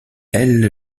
elle